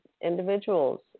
individuals